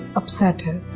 upset and